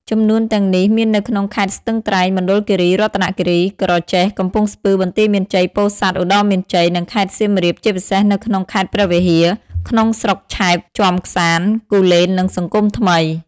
ចំនួនទាំងនេះមាននៅក្នុងខេត្តស្ទឹងត្រែង មណ្ឌលគិរី រតនគិរី ក្រចេះ កំពង់ស្ពឺ បន្ទាយមានជ័យ ពោធិ៍សាត់ ឧត្តរមានជ័យ និងខេត្តសៀមរាបជាពិសេសនៅក្នុងខេត្តព្រះវិហារ ក្នុងស្រុកឆែប ជាំក្សាន្ត គូលែននិងសង្គមថ្មី។